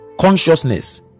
consciousness